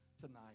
tonight